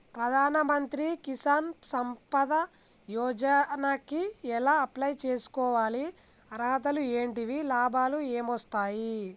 ప్రధాన మంత్రి కిసాన్ సంపద యోజన కి ఎలా అప్లయ్ చేసుకోవాలి? అర్హతలు ఏంటివి? లాభాలు ఏమొస్తాయి?